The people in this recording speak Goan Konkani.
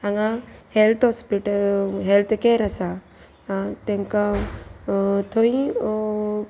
हांगा हेल्थ हॉस्पिटल हेल्थ कॅर आसा तेंकां थंय